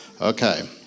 Okay